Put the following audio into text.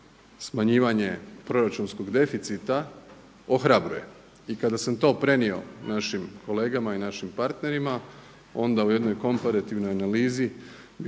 smanjivanje proračunskog deficita ohrabruje. I kada sam to prenio našim kolegama i našim partnerima, onda u jednoj komparativnoj analizi